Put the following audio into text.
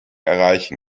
erreichen